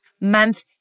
month